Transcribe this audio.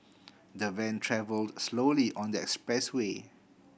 the van travelled slowly on the expressway